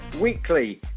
weekly